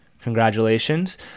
Congratulations